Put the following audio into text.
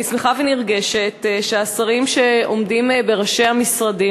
ואני שמחה ונרגשת שהשרים שעומדים בראש המשרדים,